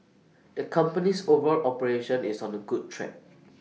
the company's overall operation is on the good track